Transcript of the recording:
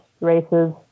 races